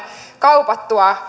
kaupattua